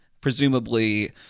presumably